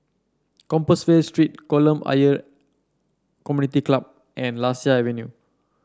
Compassvale Street Kolam Ayer Community Club and Lasia Avenue